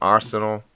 Arsenal